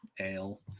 Ale